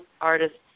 artists